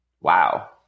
wow